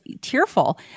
tearful